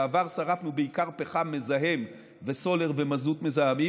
בעבר שרפנו בעיקר פחם מזהם וסולר ומזוט מזהמים,